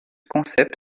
concept